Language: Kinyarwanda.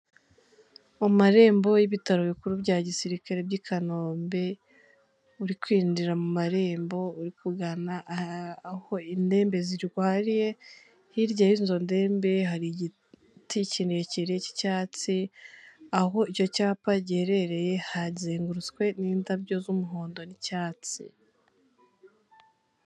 Mu marembo y'ibitaro bikuru bya gisirikare by'i Kanombe, uri kwinjira mu marembo uri kugana aho indembe zirwariye, hirya y'izo ndembe, hari igiti kirekire cy'icyatsi, aho icyo cyapa giherereye hazengurutswe n'indabyo z'umuhondo n'icyatsi.